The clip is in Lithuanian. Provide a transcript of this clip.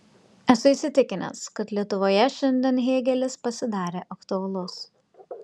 esu įsitikinęs kad lietuvoje šiandien hėgelis pasidarė aktualus